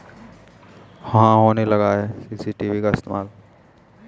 आजकल बैंकों की सुरक्षा के लिए बैंकों में सी.सी.टी.वी कैमरा का इस्तेमाल भी होने लगा है